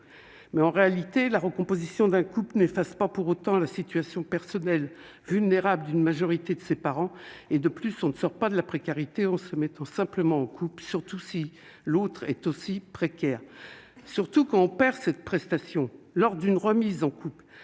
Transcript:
mais en réalité, la recomposition d'un coupe-n'efface pas pour autant la situation personnelle vulnérable d'une majorité de ses parents et de plus on ne sort pas de la précarité en se mettant simplement en Coupe, surtout si l'autre est aussi précaire, surtout qu'on perd cette prestation lors d'une remise en coupe